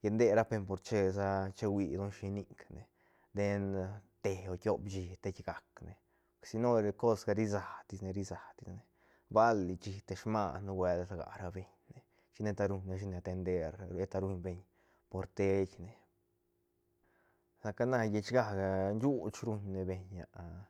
llet nde rapbeñ por che sa chehui don shinic ne den te o tiop shi teigacne porque si no cosga risane tisne risatisne bal li shi te smaan nubuelt rga ra beiñne chin sheta ruñ rashine atender eta ruñbeñ por teine saca na llechgaga shuuch ruñne beñ